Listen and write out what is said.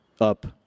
up